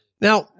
Now